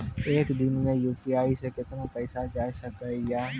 एक दिन मे यु.पी.आई से कितना पैसा जाय सके या?